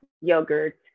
yogurt